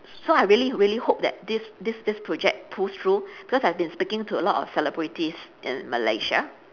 so I really really hope that this this this project pulls through because I've been speaking to a lot of celebrities in Malaysia